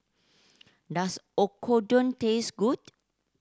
does Oyakodon taste good